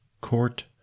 Court